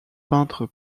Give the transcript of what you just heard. peintre